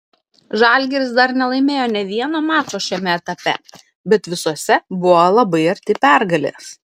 žalgiris dar nelaimėjo nė vieno mačo šiame etape bet visuose buvo labai arti pergalės